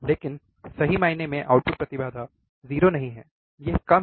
लेकिन सही मायने में आउटपुट प्रतिबाधा 0 नहीं है यह कम है